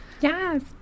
yes